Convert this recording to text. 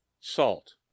Salt